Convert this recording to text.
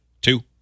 two